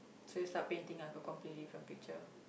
so you start painting like a completely different picture